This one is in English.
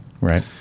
right